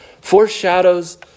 foreshadows